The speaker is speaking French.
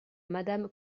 madame